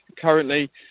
currently